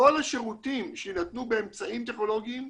כל השירותים שיינתנו באמצעים טכנולוגיים,